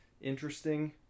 interesting